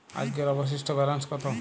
আজকের অবশিষ্ট ব্যালেন্স কত?